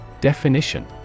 Definition